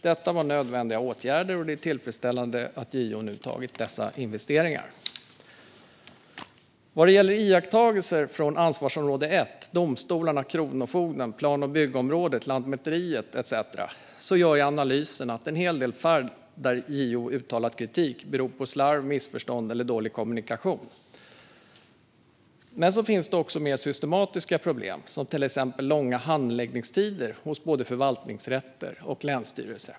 Detta var nödvändiga åtgärder, och det är tillfredsställande att JO nu gjort dessa investeringar. Vad gäller iakttagelser i ansvarsområde 1 - domstolarna, kronofogden, plan och byggområdet, lantmäteriet etcetera - gör jag analysen att en hel del fall där JO uttalat kritik beror på slarv, missförstånd eller dålig kommunikation. Men det finns mer systematiska problem, till exempel långa handläggningstider hos både förvaltningsrätter och länsstyrelser.